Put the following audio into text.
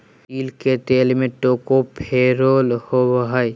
तिल के तेल में टोकोफेरोल होबा हइ